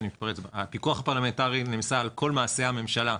--- הפיקוח הפרלמנטרי נעשה על כל מעשה הממשלה.